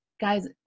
Guys